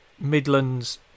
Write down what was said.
Midlands